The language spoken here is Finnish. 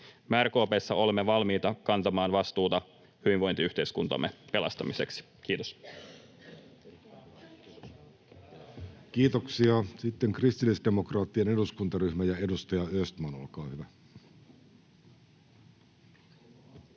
Me RKP:ssä olemme valmiita kantamaan vastuuta hyvinvointiyhteiskuntamme pelastamiseksi. — Kiitos. Kiitoksia. — Sitten kristillisdemokraattien eduskuntaryhmä ja edustaja Östman, olkaa hyvä.